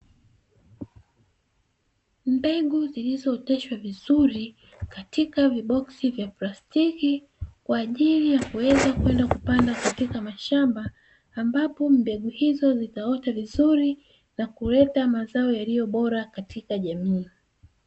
Mbegu zilizooteshwa vizuri katika viboksi vya plastiki kwa ajili ya kuweza kwenda kupanda katika mashamba, ambapo mbegu hizo zitaota vizuri na kuleta mazao yaliyo bora katika jamii.